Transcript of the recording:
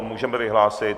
Můžeme vyhlásit...